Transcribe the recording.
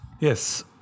Yes